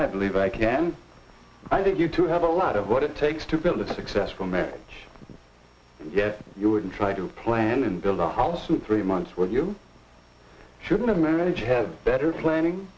i believe i can i think you two have a lot of what it takes to build a successful marriage yet you wouldn't try to plan and build a house in three months where you shouldn't of marriage have better planning